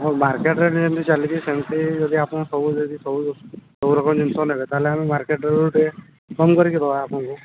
ହଁ ମାର୍କେଟରେ ଯେମିତି ଚାଲିଛି ସେମିତି ଯଦି ଆପଣ ସବୁ ଯଦି ସବୁ ସବୁ ରକମ ଜିନିଷ ନେବେ ତା'ହେଲେ ଆମେ ମାର୍କେଟରୁ ଟିକେ କମ୍ କରିକି ଦେବା ଆପଣଙ୍କୁ